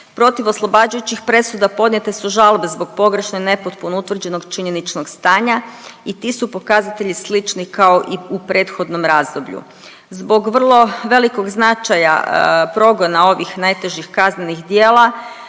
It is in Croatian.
Protiv oslobađajućih presuda podnijete su žalbe zbog pogrešno i nepotpuno utvrđenog činjeničnog stanja i ti su pokazatelji slični kao i u prethodnom razdoblju. Zbog vrlo velikog značaja progona ovih najtežih kaznenih djela,